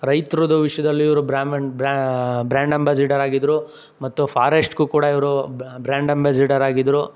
ರೈತರದ್ದು ವಿಷಯದಲ್ಲಿ ಇವ್ರು ಬ್ರಮನ್ ಬ್ರ್ಯಾಂಡ್ ಅಂಬಾಸಿಡರ್ ಆಗಿದ್ರು ಮತ್ತು ಫಾರೆಶ್ಟ್ಗೂ ಕೂಡ ಇವರು ಬ್ರ್ಯಾಂಡ್ ಅಂಬಾಸಿಡರ್ ಆಗಿದ್ರು